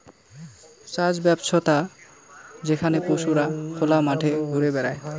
চাষ ব্যবছ্থা যেখানে পশুরা খোলা মাঠে ঘুরে বেড়ায়